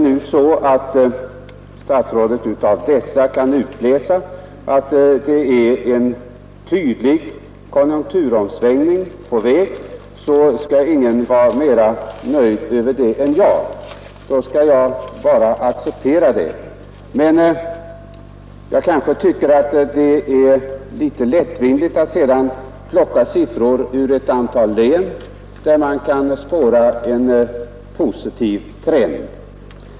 Om statsrådet av dessa kan utläsa att det föreligger en tydlig konjunkturomsvängning på väg, är ingen mera nöjd än jag. Då har jag bara att tacka för detta. Men jag tycker kanske att det är litet lättvindigt att plocka siffror från ett antal län där man kan spåra en positiv trend.